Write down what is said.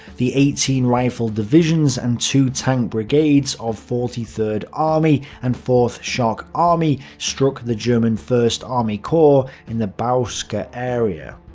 the eighteen rifle divisions and two tank brigades of forty third army and fourth shock army struck the german first army corps in the bauska area.